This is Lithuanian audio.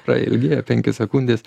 prailgėja penkios sekundės